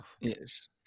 yes